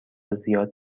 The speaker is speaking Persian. زیاد